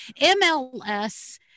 MLS